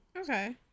Okay